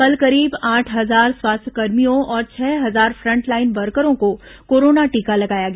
कल करीब आठ हजार स्वास्थ्य कर्मियों और छह हजार फंटलाइन वर्करों का कोरोना टीका लगाया गया